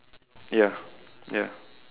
ya ya